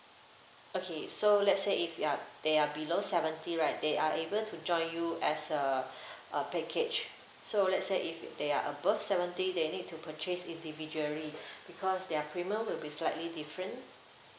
okay so let's say if you are they are below seventy right they are able to join you as a a package so let's say if they are above seventy they need to purchase individually because their premium will be slightly different